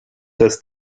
dass